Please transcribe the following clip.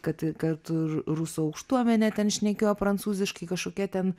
kad kad r rusų aukštuomenė ten šnekėjo prancūziškai kažkokie ten